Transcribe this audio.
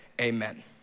amen